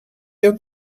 jen